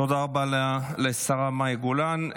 תודה רבה לשרה מאי גולן.